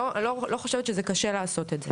אני לא חושבת שזה קשה לעשות את זה.